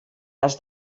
has